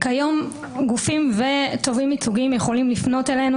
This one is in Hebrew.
כיום גופים ותובעים ייצוגיים יכולים לפנות אלינו,